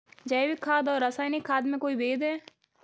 जैविक खाद और रासायनिक खाद में कोई भेद है?